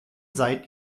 seit